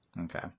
Okay